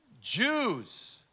Jews